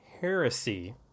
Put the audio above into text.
Heresy